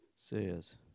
Says